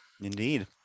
Indeed